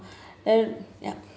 then ya